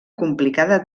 complicada